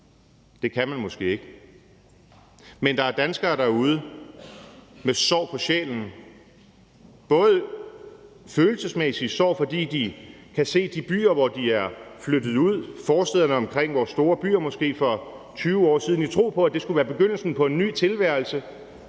Det kan man måske ikke. Men der er danskere derude med sår på sjælen, følelsesmæssige sår, fordi de måske for 20 år siden flyttede ud i de byer, forstæderne omkring vores store byer, i en tro på, at det skulle være begyndelsen på en ny tilværelse,